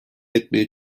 etmeye